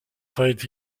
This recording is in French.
fallait